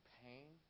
pain